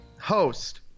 host